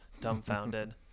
dumbfounded